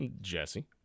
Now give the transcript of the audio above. Jesse